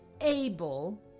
able